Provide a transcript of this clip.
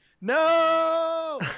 No